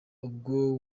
ubwo